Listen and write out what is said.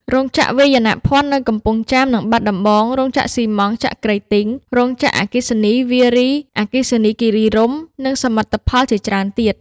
រោងចក្រវាយនភ័ណ្ឌ នៅកំពង់ចាម និងបាត់ដំបង, រោងចក្រស៊ីម៉ង់ត៍ចក្រីទីង, រោងចក្រអគ្គិសនីវារីអគ្គិសនីគីរីរម្យ និងសមិទ្ធផលជាច្រើនទៀត។